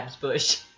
Bush